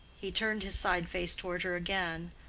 he turned his side-face toward her again,